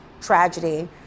tragedy